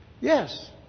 Yes